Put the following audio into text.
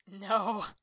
No